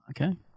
Okay